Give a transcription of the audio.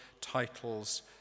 titles